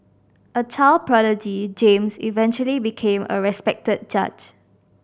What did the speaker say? a child prodigy James eventually became a respected judge